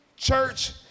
church